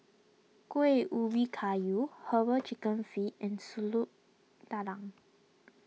Kuih Ubi Kayu Herbal Chicken Feet and Su Lu Tulang